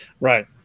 Right